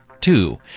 Two